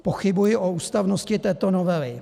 Pochybuji o ústavnosti této novely.